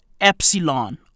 epsilon